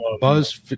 buzz